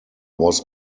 was